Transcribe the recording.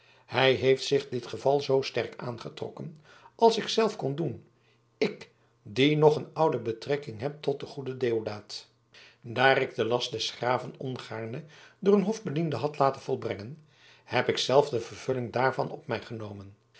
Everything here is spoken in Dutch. hij heeft zich dit geval zoo sterk aangetrokken als ik zelf kon doen ik die nog een oude betrekking heb tot den goeden deodaat daar ik den last des graven ongaarne door een hofbediende had laten volbrengen heb ik zelf de vervulling daarvan op mij genomen